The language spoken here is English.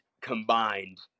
combined